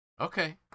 Okay